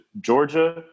Georgia